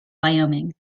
wyoming